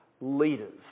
leaders